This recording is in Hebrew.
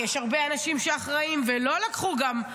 יש הרבה אנשים שאחראים ולא לקחו גם.